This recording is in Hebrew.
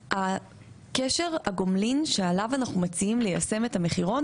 קשר הגומלין שעליו אנחנו מציעים ליישם את המחירון,